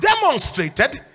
demonstrated